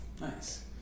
Nice